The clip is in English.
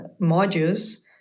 modules